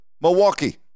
Milwaukee